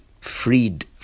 freed